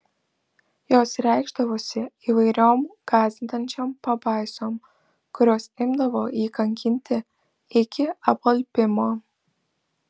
jos reikšdavosi įvairiom gąsdinančiom pabaisom kurios imdavo jį kankinti iki apalpimo